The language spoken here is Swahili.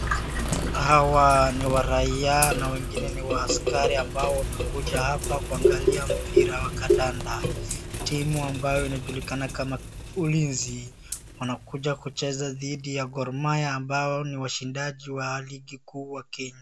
Hawa ni waraiya na weingine ni waaskari ambao wamekuja hapa kuangalia mpira wa kandanda, timu ambayo inajulikana kama ulinzi wanakuja kucheza dhidi ya Gor Mahia ambao ni washindaji wa ligi kuu ya Kenya.